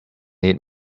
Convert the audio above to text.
need